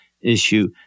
issue